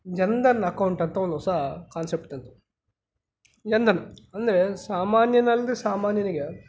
Jan Dhan account ಅಂತ ಒಂದು ಹೊಸ ಕಾನ್ಸೆಪ್ಟ್ ತಂತು ಜನಧನ್ ಅಂದರೆ ಸಾಮಾನ್ಯನಲ್ಲದ ಸಾಮಾನ್ಯನಿಗೆ